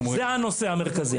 זה הנושא המרכזי,